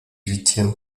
huitième